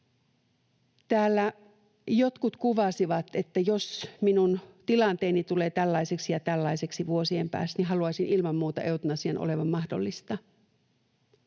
Täällä jotkut kuvasivat, että jos minun tilanteeni tulee tällaiseksi ja tällaiseksi vuosien päästä, niin haluaisin ilman muuta eutanasian olevan mahdollista.